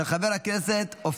עברה.